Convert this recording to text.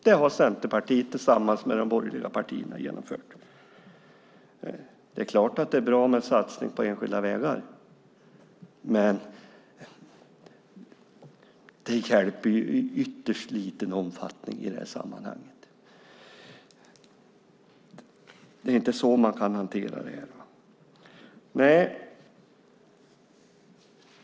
Det har Centerpartiet genomfört tillsammans med övriga borgerliga partier. Det är klart att det är bra med satsningar på enskilda vägar, men i det här sammanhanget hjälper det i ytterst liten omfattning. Det är inte så man ska hantera problemet.